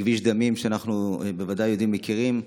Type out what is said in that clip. כביש דמים, שאנחנו בוודאי יודעים ומכירים.